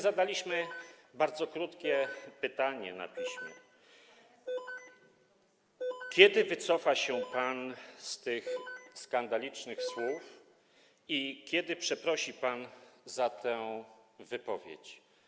Zadaliśmy bardzo krótkie pytanie na piśmie: Kiedy wycofa się pan z tych skandalicznych słów i kiedy przeprosi pan za tę wypowiedź?